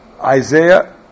Isaiah